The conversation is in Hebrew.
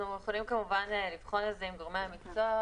אנחנו נבחן את זה עם גורמי המקצוע.